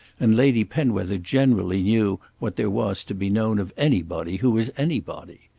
and lady penwether generally knew what there was to be known of anybody who was anybody.